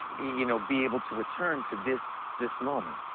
you know, be able to return to this this moment.